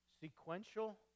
sequential